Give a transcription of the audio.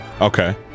Okay